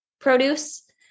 produce